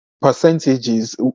percentages